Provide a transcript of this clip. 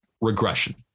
regression